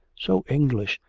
so english,